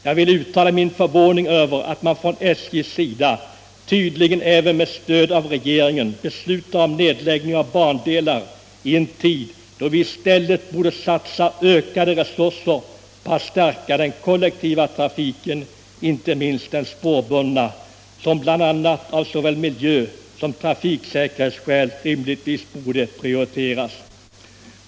Jag vill uttala min förvåning över att man från SJ:s sida, tydligen även med stöd av regeringen, beslutar om nedläggning av bandelar i en tid då vi i stället borde satsa ökade resurser på att stärka den kollektiva trafiken, inte minst den spårbundna, som bl.a. av såväl miljö som trafiksäkerhetsskäl rimligtvis borde prioriteras.